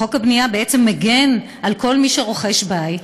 וחוק הבנייה בעצם מגן על כל מי שרוכש בית,